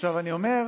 עכשיו אני אומר: